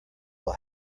will